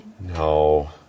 No